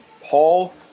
Paul